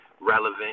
relevant